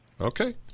Okay